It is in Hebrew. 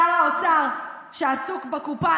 שר האוצר שעסוק בקופה,